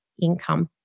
income